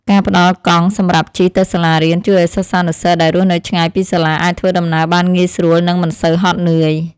ការផ្តល់កង់សម្រាប់ជិះទៅសាលារៀនជួយឱ្យសិស្សានុសិស្សដែលរស់នៅឆ្ងាយពីសាលា អាចធ្វើដំណើរបានងាយស្រួលនិងមិនសូវហត់នឿយ។